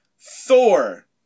Thor